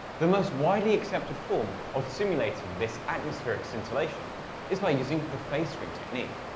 the most widely accepted form of simulating this atmospheric scintillation is by using the phase screen technique.